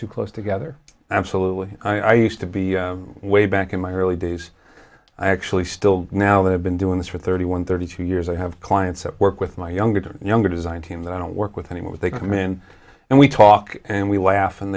too close together absolutely i used to be way back in my early days i actually still now they have been doing this for thirty one thirty two years i have clients i work with my younger younger design team that i don't work with anymore with a command and we talk and we laugh and